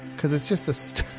because it's just just